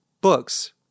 books